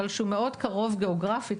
אבל שהוא מאוד קרוב גיאוגרפית,